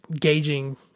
gauging